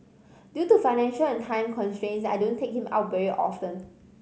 due to financial and time constraints I don't take him out very often